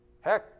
heck